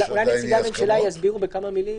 אולי נציגי הממשלה יסבירו בכמה מילים.